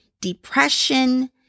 depression